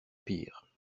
pire